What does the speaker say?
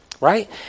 Right